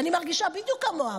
ואני מרגישה בדיוק כמוה,